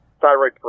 thyroid